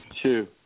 two